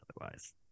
otherwise